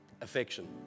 affection